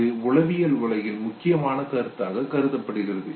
இது உலவியல் உலகில் முக்கியமான கருத்தாக கருதப்படுகிறது